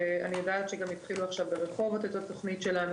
אני יודעת שהתחילו גם ברחובות את התוכנית שלנו.